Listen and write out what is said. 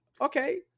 okay